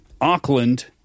Auckland